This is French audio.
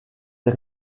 des